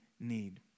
need